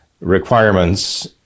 requirements